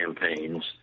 campaigns